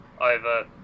over